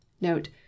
Note